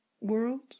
world